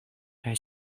kaj